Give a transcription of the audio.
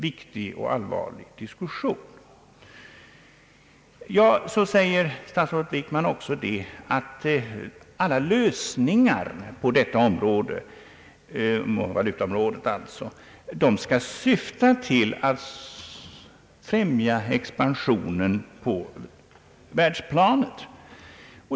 Statsrådet Wickman säger att alla lösningar på valutaområdet skall syfta till att främja expansionen på världsplanet.